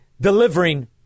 delivering